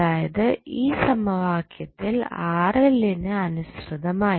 അതായത് ഈ സമവാക്യത്തിൽ ന് അനുസൃതമായി